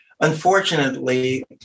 Unfortunately